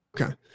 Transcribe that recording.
Okay